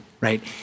right